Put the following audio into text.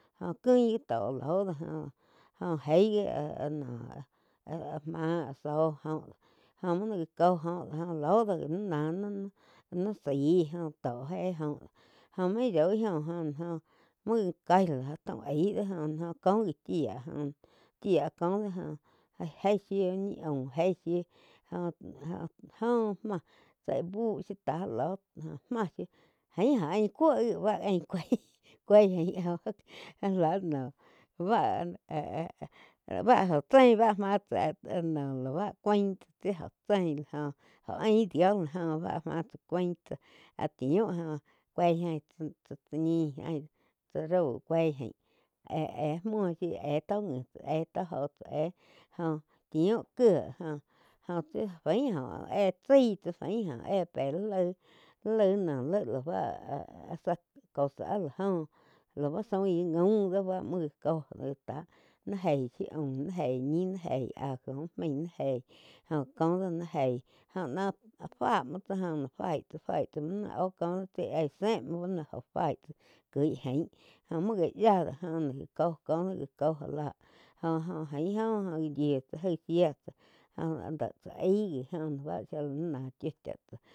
Jóh cuin ji tó loh doh joh jeí ji áh noh áh-áh má áh zóh óh joh muo já có jo oh loh do gi ni náh ni zaíg óh tó jé oh jóh main ypoi joh óh muo já cáih já taum aíg do jóh cóh gi chía joh chía kóh joh eig shiu úh ñi aum eig shiu joh-joh óh máh tsi buh shiu táh lóh joh máh shiu aín oh ain cuo gi bá ain kuei. kueí jaín bá áh báh jo chein máh tsá la bá cuain tsi joh chein la joh óh ain dio la joh báh áh máh tsá cúain tsáh áh chiun joh cueig ain chá ta ñih ain chá rau kueig ain éh-éh muo shiu éh tó ngi éh tó joh éh joh chiu kiéh joh óh tsi fain oh éh chaí tsá fain óh éh pe laig no laig la bá áh zá cosa áh la joh lau zoin gi jaum bá muo gá cóh ni eig shu aun ni gei shiu ni eig ñi ni eig ajo ub maig ni eíg joh kóh do ni eig joh ná fá muo tsáh jo fai tsá, faí tsá muo nain oh cóh do chí ei ze muo báh joh faí tsá kuik ain muo gá yia do joh ni já có koh do já cóh já la joh-joh gain oh jo gá yiu tsá jaí shía tsá jo ah deh tsá aí bá shía la nain ná chiu cha tsáh.